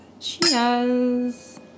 Cheers